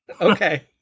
Okay